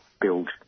build